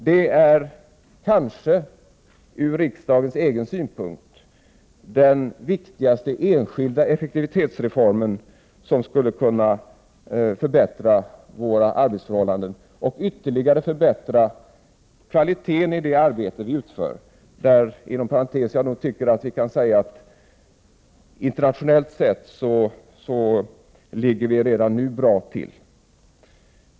Det är kanske, ur riksdagens egen synpunkt, den viktigaste enskilda effektivitetsreformen som skulle kunna förbättra våra arbetsförhållanden och ytterligare höja kvaliteten i det arbete vi utför. Jag tycker dock, inom parentes sagt, att vi internationellt sett har hygglig kvalitet redan nu.